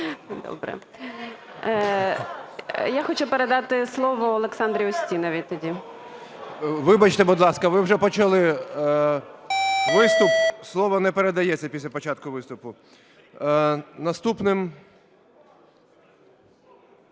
Добре. Я хочу передати слово Олександрі Устіновій тоді. ГОЛОВУЮЧИЙ. Вибачте, будь ласка, ви вже почали виступ. Слово не передається після початку виступу. Наступним…